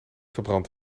verbrand